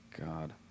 God